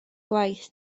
gwaith